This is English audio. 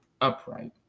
upright